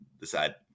decide